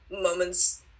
moments